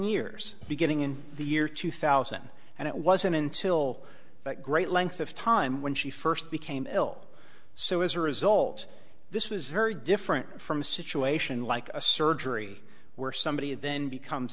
years beginning in the year two thousand and it wasn't until that great length of time when she first became ill so as a result this was very different from a situation like a surgery where somebody then becomes